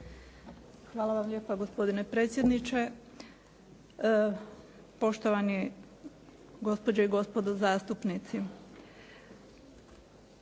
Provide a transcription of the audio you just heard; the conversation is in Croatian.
Hvala vam lijepa. Gospodine predsjedniče, poštovane gospođe i gospodo zastupnici.